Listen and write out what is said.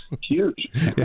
Huge